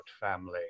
family